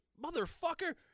motherfucker